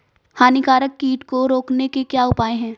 हानिकारक कीट को रोकने के क्या उपाय हैं?